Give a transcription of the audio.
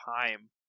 time